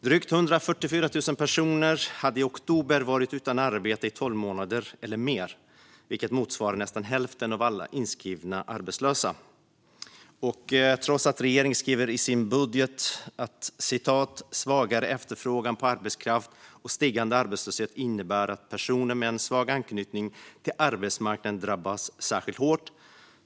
Drygt 144 000 personer hade i oktober varit utan arbete i tolv månader eller mer, vilket motsvarar nästan hälften av alla inskrivna arbetslösa. Regeringen skriver i sin budget att "svagare efterfrågan på arbetskraft och stigande arbetslöshet innebär att personer med en svag anknytning till arbetsmarknaden drabbas särskilt hårt".